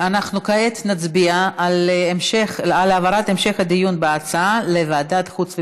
אנחנו כעת נצביע על העברת המשך הדיון בהצעה לוועדת החוץ והביטחון,